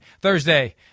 Thursday